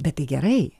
bet tai gerai